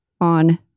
on